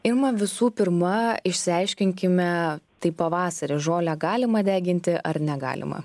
irma visų pirma išsiaiškinkime tai pavasarį žolę galima deginti ar negalima